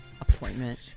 Appointment